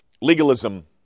legalism